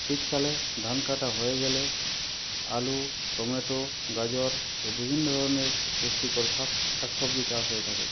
শীতকালে ধান কাটা হয়ে গেলে আলু টমেটো গাজর ও বিভিন্ন ধরনের পুষ্টিকর শাক শাক সবজি চাষ হয়ে থাকে